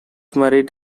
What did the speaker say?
married